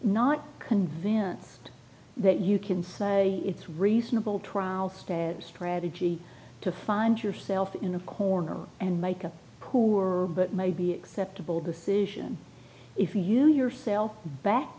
not convinced that you can say it's reasonable trial stares gravity to find yourself in a corner and make a poor but maybe acceptable decision if you yourself backed